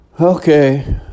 Okay